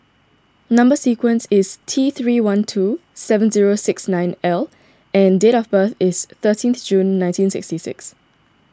Number Sequence is T three one two seven zero six nine L and date of birth is thirteenth June nineteen sixty six